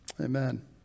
Amen